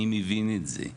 אני מבין את זה.